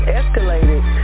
escalated